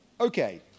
Okay